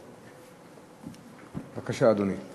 בבקשה, אדוני.